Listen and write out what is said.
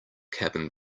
cabin